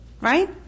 right